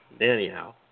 anyhow